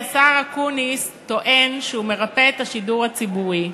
השר אקוניס טוען שהוא מרפא את השידור הציבורי.